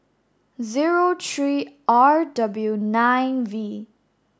zero three R W nine V